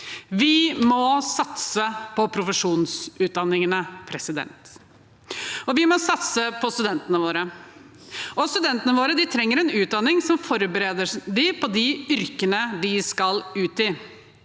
Vi må satse på profesjonsutdanningene, og vi må satse på studentene våre. Studentene våre trenger en utdanning som forbereder dem på de yrkene de skal ut i.